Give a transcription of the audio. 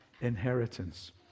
inheritance